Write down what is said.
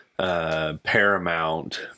Paramount